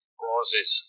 causes